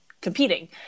competing